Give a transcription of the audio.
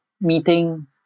meeting